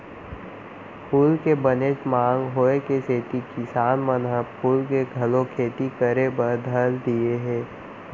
फूल के बनेच मांग होय के सेती किसान मन ह फूल के घलौ खेती करे बर धर लिये हें